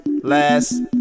last